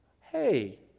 hey